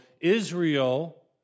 Israel